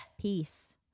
Peace